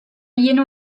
yeni